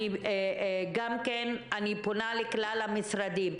אני פונה גם כן לכלל המשרדים.